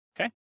okay